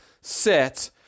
set